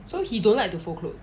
so he don't like to fold clothes